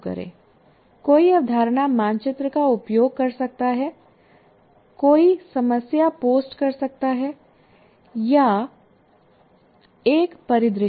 कोई अवधारणा मानचित्र का उपयोग कर सकता है कोई समस्या पोस्ट कर सकता है या एक परिदृश्य